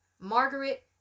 Margaret